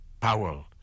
Powell